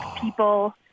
people